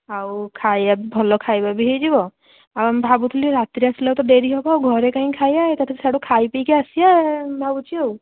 ଆଉ ଖାଇବାକୁ ଭଲ ଖାଇବା ବି ହେଇଯିବ ଆଉ ମୁଁ ଭାବୁଥିଲି ରାତିରେ ଆସିଲାବେଳକୁ ତ ଡେରି ହବ ଘରେ କାଇଁ ଖାଇବା ଏକାଥରେ ସିଆଡ଼ୁ ଖାଇପିଇକି ଆସିବା ଆଉ ଭାବୁଛି ଆଉ